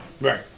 Right